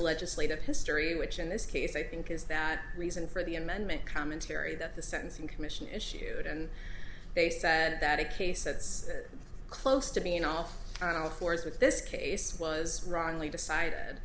legislative history which in this case i think is that reason for the amendment commentary that the sentencing commission issued and they said that a case that's close to being off course with this case was wrongly decided